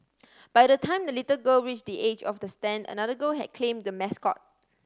by the time the little girl reach the edge of the stand another girl had claimed the mascot